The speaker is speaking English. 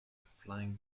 flying